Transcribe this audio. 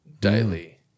daily